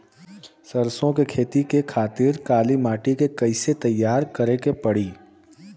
सरसो के खेती के खातिर काली माटी के कैसे तैयार करे के पड़ी?